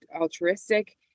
altruistic